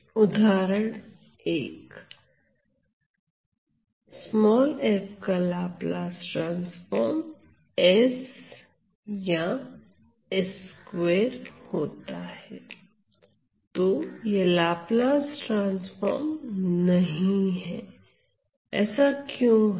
उदाहरण 1 तो यह लाप्लास ट्रांसफार्म नहीं है ऐसा क्यों है